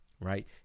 right